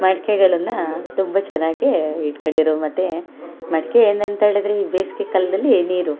ಮಡ್ಕೆಗಳನ್ನು ತುಂಬ ಚೆನ್ನಾಗಿ ಇಟ್ಕಂಡಿರೋರು ಮತ್ತು ಮಡಿಕೆ ಏನಂತ್ಹೇಳಿದರೆ ಈ ಬೇಸಿಗೆ ಕಾಲದಲ್ಲಿ ನೀರು